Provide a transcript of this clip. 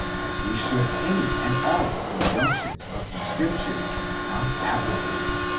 as we should any and all injunctions of the scriptures not abrogated.